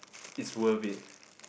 is worth it